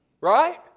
Right